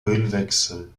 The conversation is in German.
ölwechsel